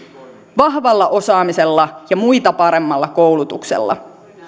vahvalla osaamisella ja muita paremmalla koulutuksella